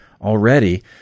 already